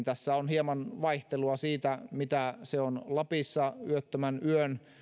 tässä on hieman vaihtelua siitä mitä se on lapissa yöttömän yön